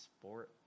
sport